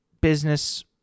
Business